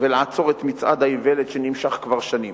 ולעצור את מצעד האיוולת שנמשך כבר שנים.